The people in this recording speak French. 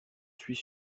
suis